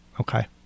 Okay